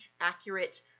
Accurate